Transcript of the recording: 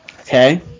okay